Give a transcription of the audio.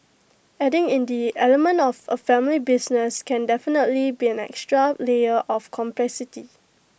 adding in the element of A family business can definitely be an extra layer of complexity